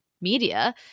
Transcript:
media